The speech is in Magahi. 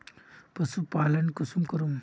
पशुपालन कुंसम करूम?